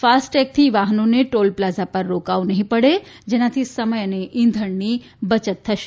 ફાસ્ટટૈગથી વાહનોને toll plaza પર રોકાવું નહીં પડે જેનાથી સમય અને ઇંધણની બચત થશે